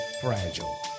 fragile